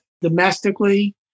domestically